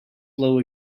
blow